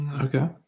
Okay